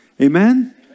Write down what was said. Amen